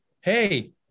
Hey